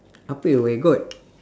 ah pek where got